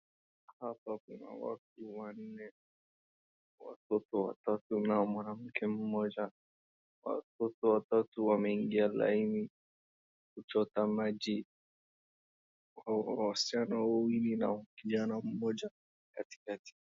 Hapa kuna watu wanne, watoto watatu na mwanamke mmoja. Watoto watatu wameingia laini kuchota maji. Kwa hao wasichana wawili na kijana mmoja katikati.